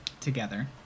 together